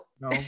no